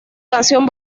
canción